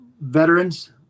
veterans